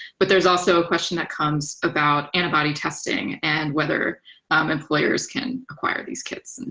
but there's also a question that comes about antibody testing and whether um employers can acquire these kits.